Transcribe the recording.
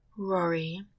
Rory